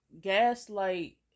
Gaslight